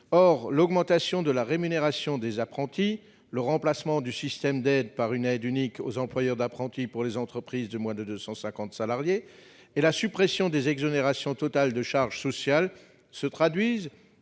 Or l'augmentation de la rémunération des apprentis, le remplacement du système d'aides par une aide unique aux employeurs d'apprentis pour les entreprises de moins de 250 salariés et la suppression des exonérations totales de charges sociales se traduisent